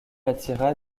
attira